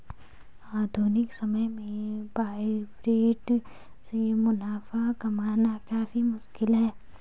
आधुनिक समय में आर्बिट्रेट से मुनाफा कमाना काफी मुश्किल है